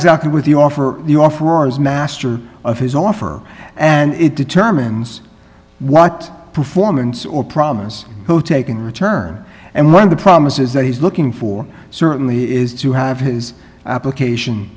exactly what the offer you offer as master of his offer and it determines what performance or problems go take in return and one of the promises that he's looking for certainly is to have his application